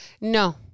No